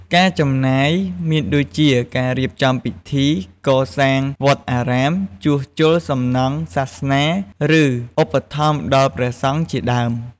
ការចំណាយមានដូចជា ការរៀបចំពិធី កសាងវត្តអារាម ជួសជុលសំណង់សាសនា ឬឧបត្ថម្ភដល់ព្រះសង្ឃជាដើម។